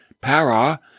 Para